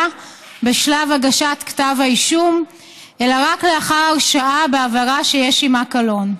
בשלב הגשת כתב האישום אלא רק לאחר הרשעה בעבירה שיש עימה קלון.